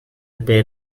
bare